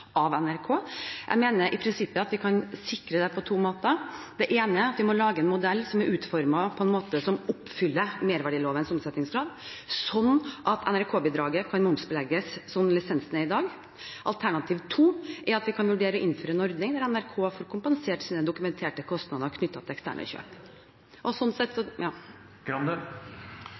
av NRK. Jeg mener i prinsippet at vi kan sikre det på to måter. Det ene er at vi må lage en modell som er utformet på en måte som oppfyller merverdilovens omsetningskrav, slik at NRK-bidraget kan omlegges slik lisensen er i dag. Alternativ 2 er at vi kan vurdere å innføre en ordning der NRK får kompensert sine dokumenterte kostnader knyttet til eksterne kjøp. Til den siste modellen: Det vil i så